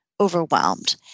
overwhelmed